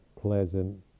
pleasant